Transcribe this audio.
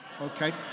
Okay